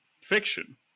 fiction